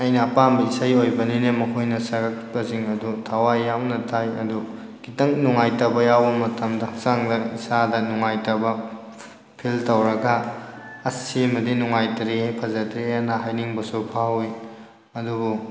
ꯑꯩꯅ ꯑꯄꯥꯝꯕ ꯏꯁꯩ ꯑꯣꯏꯕꯅꯤꯅ ꯃꯈꯣꯏꯅ ꯁꯛꯂꯛꯄꯁꯤꯡ ꯑꯗꯨ ꯊꯋꯥꯏ ꯌꯥꯎꯅ ꯇꯥꯏ ꯑꯗꯨ ꯈꯤꯇꯪ ꯅꯨꯡꯉꯥꯏꯇꯕ ꯌꯥꯎꯕ ꯃꯇꯝꯗ ꯍꯛꯆꯥꯡꯗ ꯏꯁꯥꯗ ꯅꯨꯡꯉꯥꯏꯇꯕ ꯐꯤꯜ ꯇꯧꯔꯒ ꯑꯁ ꯁꯤꯃꯗꯤ ꯅꯨꯡꯉꯥꯏ ꯇ꯭ꯔꯦꯍꯦ ꯐꯖꯗ꯭ꯔꯦꯅ ꯍꯥꯏꯅꯤꯡꯕꯁꯨ ꯐꯥꯎꯋꯤ ꯑꯗꯨꯕꯨ